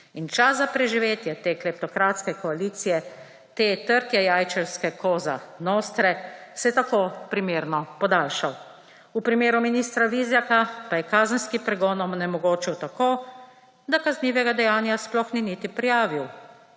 In čas za preživetje te kleptokratske koalicije, te trlojajčevske cosa nostre se je tako primerno podaljšal. V primeru ministra Vizjaka pa je kazenski pregon onemogočil tako, da kaznivega dejanja sploh ni niti prijavil.